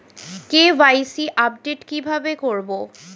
KYC update কি ভাবে করবো?